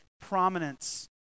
prominence